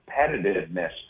competitiveness